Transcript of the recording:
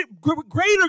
greater